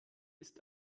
ist